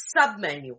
submenu